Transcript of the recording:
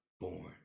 born